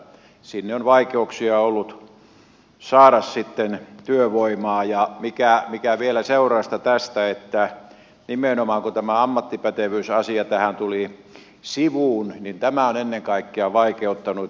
sinne on vaikeuksia ollut saada työvoimaa ja mikä vielä seurausta tästä että nimenomaan kun tämä ammattipätevyysasia tähän tuli sivuun niin tämä on ennen kaikkea vaikeuttanut